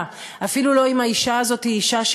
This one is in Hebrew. אפילו לא אם האדם הזה הוא אישה,